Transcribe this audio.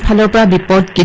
ah nobody but